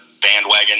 bandwagon